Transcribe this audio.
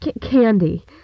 Candy